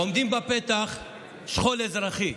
עומדים בפתח נושאי השכול האזרחי.